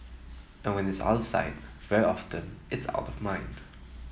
and when it's out sight very often it's out of mind